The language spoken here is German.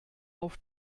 auf